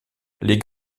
les